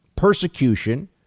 persecution